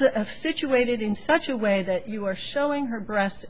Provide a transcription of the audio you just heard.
if situated in such a way that you are showing her breast